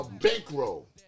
bankroll